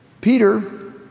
Peter